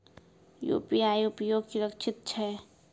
UPI उपयोग सुरक्षित छै?